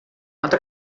nota